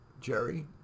Jerry